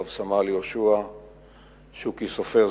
רב-סמל יהושע שוקי סופר,